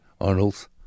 Arnold's